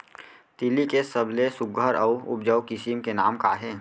तिलि के सबले सुघ्घर अऊ उपजाऊ किसिम के नाम का हे?